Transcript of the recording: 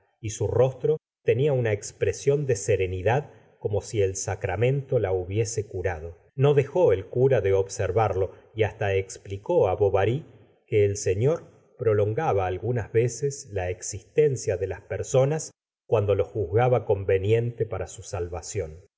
y su rostro la se ora de bov ary tenia una expresión de serenidad como si el sacramento la hubiese curado no dejó el cura de observarlo y hasta explicó á bovary que el señor prolongaba algunas veces la existencia de las personas cuando lo juzgaba conveniente para su salvación